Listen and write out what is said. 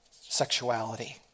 sexuality